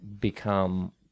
become